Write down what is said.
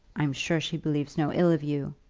i am sure she believes no ill of you.